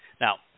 Now